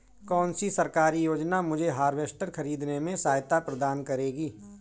कौन सी सरकारी योजना मुझे हार्वेस्टर ख़रीदने में सहायता प्रदान करेगी?